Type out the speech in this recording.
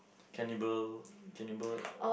cannibal cannibal